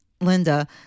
Linda